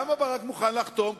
למה ברק מוכן לחתום?